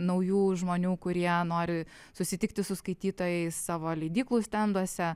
naujų žmonių kurie nori susitikti su skaitytojais savo leidyklų stenduose